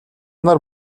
нар